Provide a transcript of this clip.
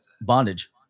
Bondage